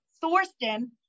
Thorsten